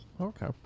Okay